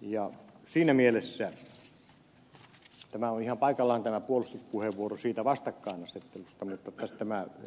ja siinä mielessä on ihan paikallaan tämä puolustuspuheenvuoro siitä vastakkainasettelusta mutta